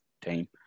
team